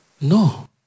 No